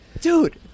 dude